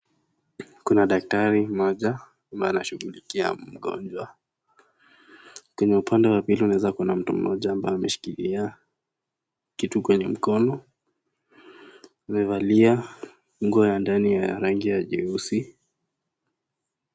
Kuna daktari mmoja, ambaye anashugulikia mgonjwa, kwenye upande wa pili wa meza kuna mtu mmoja ambaye ameshikilia, kitu kwenye mkono, amevalia, nguo ya ndani ya rangi ya jeusi.